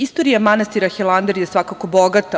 Istorija manastira Hilandar je svakako bogata.